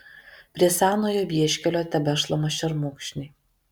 prie senojo vieškelio tebešlama šermukšniai